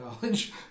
college